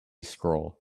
scroll